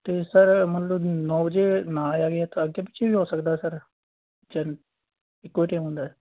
ਅਤੇ ਸਰ ਮੰਨ ਲਓ ਨੌਂ ਵਜੇ ਨਾ ਆਇਆ ਗਿਆ ਤਾਂ ਅੱਗੇ ਪਿੱਛੇ ਵੀ ਹੋ ਸਕਦਾ ਸਰ ਇੱਕੋ ਟਾਈਮ ਹੁੰਦਾ